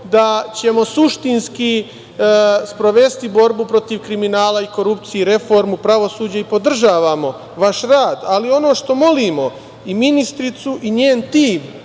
da ćemo suštinski sprovesti borbu protiv kriminala i korupcije i reformu pravosuđa i podržavamo vaš rad, ali ono što molimo i ministricu i njen tim